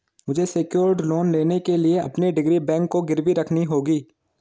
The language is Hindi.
मुझे सेक्योर्ड लोन लेने के लिए अपनी डिग्री बैंक को गिरवी रखनी होगी